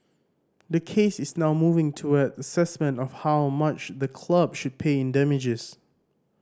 the case is now moving towards assessment of how much the club should pay in damages